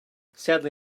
sadly